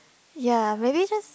ya maybe just